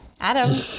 Adam